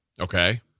Okay